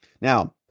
Now